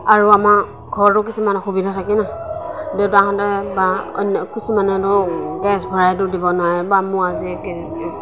আৰু আমাৰ ঘৰতো কিছুমান অসুবিধা থাকে ন দেউতাহঁতে বা অন্য কিছুমানেতো গেছ ভৰাইতো দিব নোৱাৰে বা মোৰ আজি